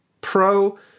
Pro